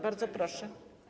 Bardzo proszę.